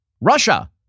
Russia